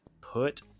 put